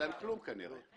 אין להם כלום כנראה.